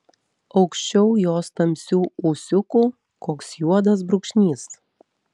aukščiau jos tamsių ūsiukų koks juodas brūkšnys